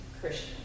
Christian